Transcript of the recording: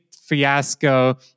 fiasco